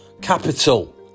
capital